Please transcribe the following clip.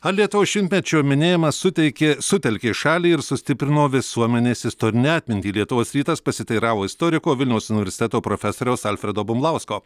ar lietuvos šimtmečio minėjimas suteikė sutelkė šalį ir sustiprino visuomenės istorinę atmintį lietuvos rytas pasiteiravo istoriko vilniaus universiteto profesoriaus alfredo bumblausko